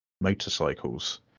motorcycles